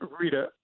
Rita